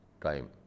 time